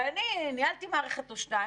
ואני - ניהלתי מערכת או שתיים,